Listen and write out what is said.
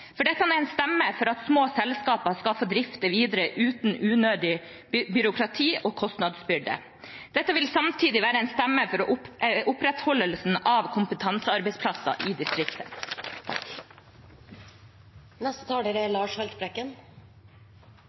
for dette er en stemme for at små selskaper skal få drifte videre, uten unødig byråkrati og kostnadsbyrde. Dette vil samtidig være en stemme for opprettholdelsen av kompetansearbeidsplasser i distriktene. Ordningen med funksjonelt skille, som ble vedtatt i den forrige stortingsperioden, er